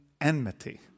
enmity